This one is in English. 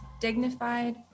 dignified